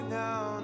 now